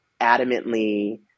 adamantly